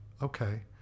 okay